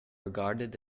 regarded